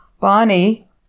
Bonnie